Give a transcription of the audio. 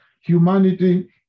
humanity